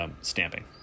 stamping